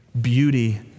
beauty